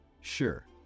sure